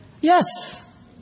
Yes